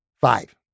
Five